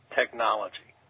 technology